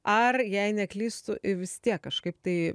ar jei neklystu vis tiek kažkaip tai